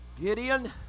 Gideon